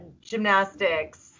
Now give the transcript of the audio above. gymnastics